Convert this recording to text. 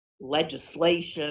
legislation